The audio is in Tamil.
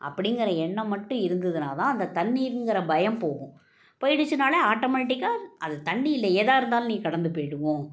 அப்படிங்கிற எண்ணம் மட்டும் இருந்ததுனாதான் அந்த தண்ணிங்கிற பயம் போகும் போய்டுச்சுனாலே ஆட்டோமேட்டிக்காக அது தண்ணி இல்லை எதாக இருந்தாலும் நீங்கள் கடந்து போய்டுவோம்